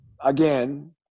again